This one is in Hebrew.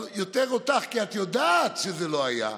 אבל יותר אותך, כי את יודעת שזה לא היה: